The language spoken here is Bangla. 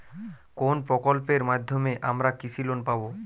কোন প্রকল্পের মাধ্যমে আমরা কৃষি লোন পাবো?